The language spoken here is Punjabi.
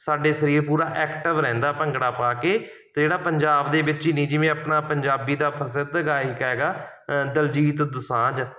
ਸਾਡੇ ਸਰੀਰ ਪੂਰਾ ਐਕਟਿਵ ਰਹਿੰਦਾ ਭੰਗੜਾ ਪਾ ਕੇ ਅਤੇ ਜਿਹੜਾ ਪੰਜਾਬ ਦੇ ਵਿੱਚ ਹੀ ਨਹੀਂ ਜਿਵੇਂ ਆਪਣਾ ਪੰਜਾਬੀ ਦਾ ਪ੍ਰਸਿੱਧ ਗਾਇਕ ਹੈਗਾ ਦਲਜੀਤ ਦੋਸਾਂਝ